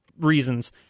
reasons